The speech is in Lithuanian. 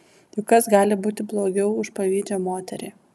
juk kas gali būti blogiau už pavydžią moterį